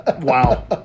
Wow